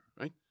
right